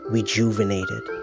Rejuvenated